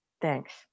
Thanks